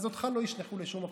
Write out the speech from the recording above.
אז אותך לא ישלחו לשום מקום.